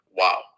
wow